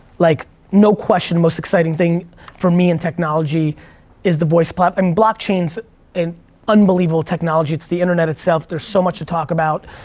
like no question most exciting thing for me in technology is the voice, but and blockchain's an unbelievable technology, it's the internet itself. there's so much to talk about.